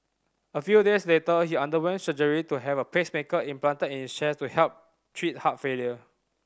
a few days later he underwent surgery to have a pacemaker implanted in his chest to help treat heart failure